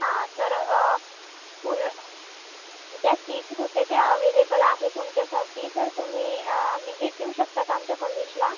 हा तर ज्या सीट होत्या त्या अव्हेलेबल आहे तुमच्यासाठी तर तुम्ही विझिट देऊ शकता का आमच्या कॉलेजला